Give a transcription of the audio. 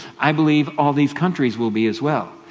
i believe all these countries will be as well.